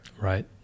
Right